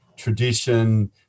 Tradition